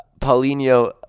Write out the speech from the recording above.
Paulinho